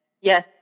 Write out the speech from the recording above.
Yes